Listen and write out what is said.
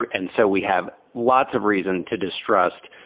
and so we have lots of reason to distrust.